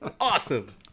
Awesome